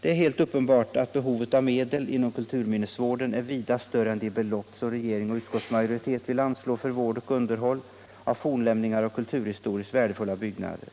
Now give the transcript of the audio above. Det är helt uppenbart att behovet av medel inom kulturminnesvården är vida större än de belopp som regering och utskottsmajoritet vill anslå för vård och underhåll av fornlämningar och kulturhistoriskt värdefulla byggnader.